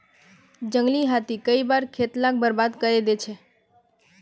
जंगली हाथी कई बार खेत लाक बर्बाद करे दे छे